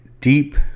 deep